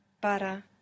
para